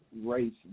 race